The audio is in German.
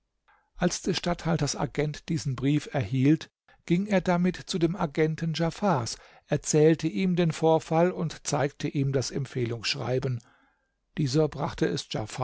als des statthalters agent diesen brief erhielt ging er damit zu dem agenten djafars erzählte ihm den vorfall und zeigte ihm das empfehlungsschreiben dieser brachte es